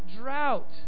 drought